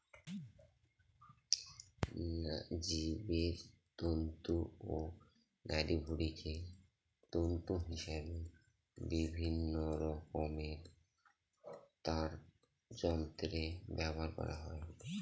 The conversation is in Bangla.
জীবের অন্ত্র ও নাড়িভুঁড়িকে তন্তু হিসেবে বিভিন্নরকমের তারযন্ত্রে ব্যবহার করা হয়